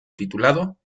titulado